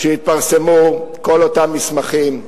כשיתפרסמו כל אותם מסמכים,